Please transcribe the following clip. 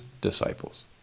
disciples